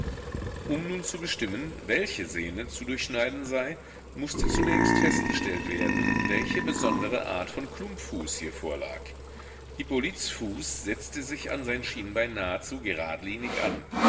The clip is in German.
um nun zu bestimmen welche sehne zu durchschneiden sei mußte zunächst festgestellt werden welche besondere art von klumpfuß hier vorlag hippolyts fuß setzte sich an sein schienbein nahezu geradlinig an